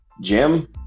Jim